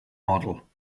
model